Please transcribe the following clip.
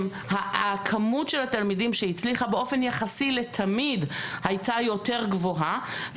הכמות של התלמידים שהצליחה באופן יחסי לתמיד הייתה יותר גבוהה,